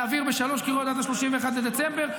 להעביר בשלוש קריאות עד 31 בדצמבר,